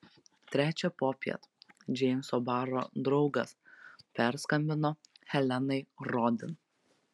trečią popiet džeimso baro draugas perskambino helenai rodin